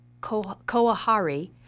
Koahari